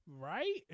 Right